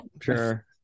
sure